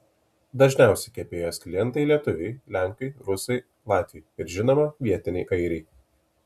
dažniausi kepėjos klientai lietuviai lenkai rusai latviai ir žinoma vietiniai airiai